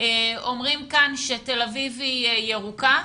אומרים כאן שתל אביב היא ירוקה.